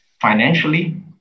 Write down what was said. financially